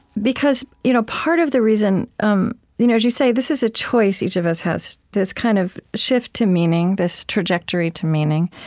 because you know part of the reason, um you know as you say, this is a choice each of us has this kind of shift to meaning, this trajectory to meaning.